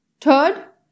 Third